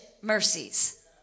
mercies